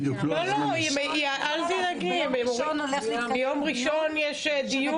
לא, לא, אל תדאגי, ביום ראשון יש דיון.